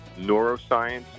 neuroscience